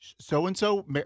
so-and-so